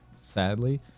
sadly